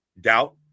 doubt